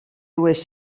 dues